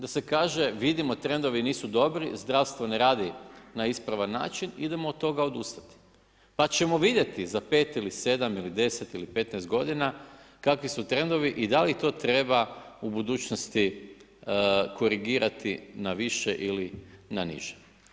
Da se kaže vidimo trendovi nisu dobri, zdravstvo ne radi na ispravan način idemo od toga odustati, pa ćemo vidjeti za 5 ili 7 ili 10 ili 15 godina kakvi su trendovi i da li to treba u budućnosti korigirati na više ili na niže.